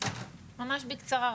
ממש בקצרה,